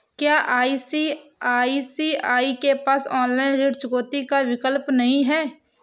क्या ICICI bank के पास ऑनलाइन ऋण चुकौती का विकल्प नहीं है?